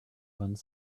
vingt